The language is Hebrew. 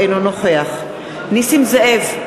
אינו נוכח נסים זאב,